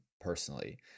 personally